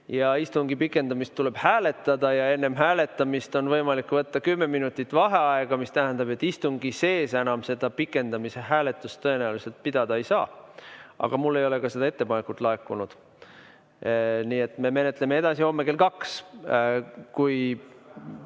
Istungi pikendamist tuleb hääletada ja enne hääletamist on võimalik võtta kümme minutit vaheaega, mis tähendab, et istungi sees enam seda pikendamise hääletust tõenäoliselt pidada ei saa. Aga mulle ei ole ka seda ettepanekut laekunud. Nii et me menetleme edasi homme kell